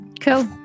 Cool